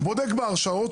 הוא בדק בהרשאות,